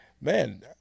Man